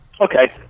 Okay